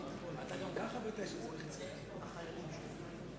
שי חרמש, מצביע סילבן שלום,